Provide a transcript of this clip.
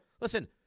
listen